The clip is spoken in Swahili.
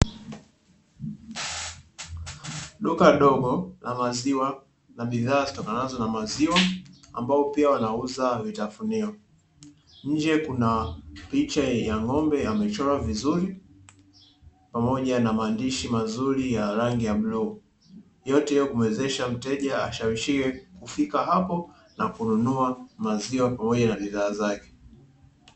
Duka dogo la maziwa na bidhaa zitokanazo na maziwa ambalo pia wanauza vitafunio, nje kuna picha ya ng'ombe amechorwa vizuri pamoja na maandishi mazuri ya rangi ya bluu, yote hiyo kuwezesha mteja ashawishike kufika hapo na kununua maziwa pamoja na bidhaa zake.